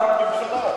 שקר של הממשלה.